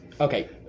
Okay